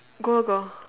go ah go